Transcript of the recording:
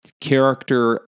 character